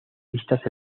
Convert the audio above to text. listas